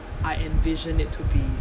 I envisioned it to be